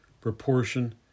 proportion